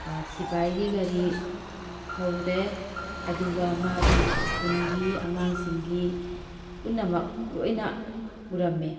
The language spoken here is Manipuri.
ꯁꯤꯕꯥꯏꯒꯤ ꯒꯥꯔꯤ ꯊꯧꯔꯦ ꯑꯗꯨꯒ ꯃꯥꯒꯤ ꯁ꯭ꯀꯨꯜꯒꯤ ꯑꯉꯥꯡꯁꯤꯡꯒꯤ ꯄꯨꯝꯅꯃꯛ ꯂꯣꯏꯅ ꯎꯔꯝꯏ